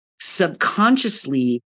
subconsciously